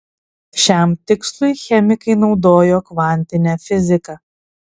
šiam tikslui chemikai naudojo kvantinę fiziką